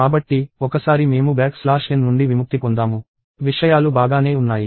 కాబట్టి ఒకసారి మేము బ్యాక్ స్లాష్ n నుండి విముక్తి పొందాము విషయాలు బాగానే ఉన్నాయి